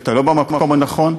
שאתה לא במקום הנכון.